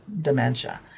dementia